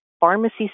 pharmacy